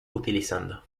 utilizando